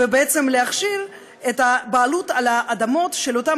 ובעצם להכשיר את הבעלות על האדמות של אותם